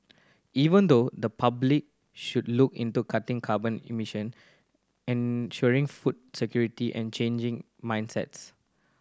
even though the public should look into cutting carbon emission ensuring food security and changing mindsets